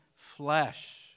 flesh